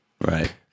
Right